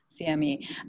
CME